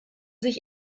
sich